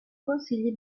consigli